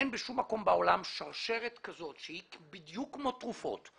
אלא אין בשום מקום בעולם שרשרת כזאת שהיא בדיוק כמו תרופות,